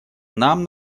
нам